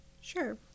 Sure